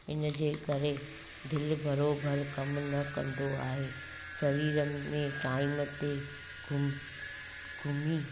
इनजे करे दिलि बराबरि कमु न कंदो आहे सरीर में टाइम ते घुम घुमीं